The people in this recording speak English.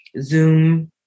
Zoom